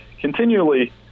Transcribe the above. continually